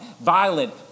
violent